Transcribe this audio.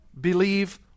believe